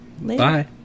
Bye